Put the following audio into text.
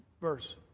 verse